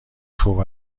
خوب